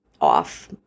off